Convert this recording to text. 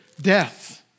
death